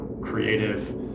creative